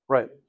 Right